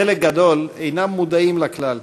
חלק גדול אינם מודעים לה כלל,